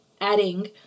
adding